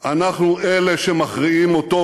אנחנו אלה שמכריעים אותו.